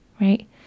right